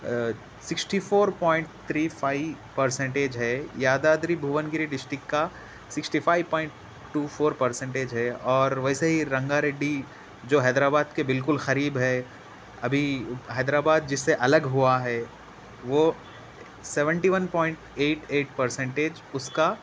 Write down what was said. sixty four point three five percentage ہے Yadadri Bhongir district کا sixty five point two four percentage ہے اور ویسے ہی رنگا ریڈی جو حیدرآباد کے بالکل قریب ہے ابھی حیدرآباد جس سے الگ ہُوا ہے وہ seventy one point eight eight percentage اُس کا